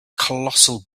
colossal